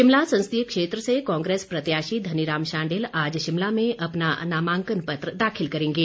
शिमला संसदीय क्षेत्र से कांग्रेस प्रत्याशी धनीराम शांडिल आज शिमला में अपना नामांकन पत्र दाखिल करेंगे